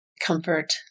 comfort